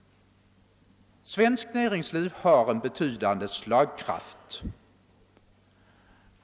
Svenskt näringsliv har en betydande slagkraft.